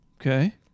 okay